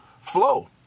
flow